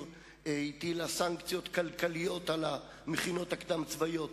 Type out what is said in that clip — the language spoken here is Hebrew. הטילה סנקציות כלכליות על המכינות הקדם-הצבאיות,